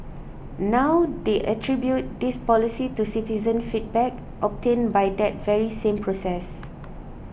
now they attribute this policy to citizen feedback obtained by that very same process